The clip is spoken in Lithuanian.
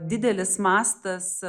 didelis mastas